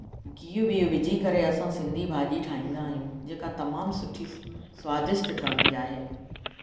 गिहु बिहु विझी करे असां सिंधी भाॼी ठाहींदा आहियूं जेका तमामु सुठी स्वादिष्ट ठहंदी आहे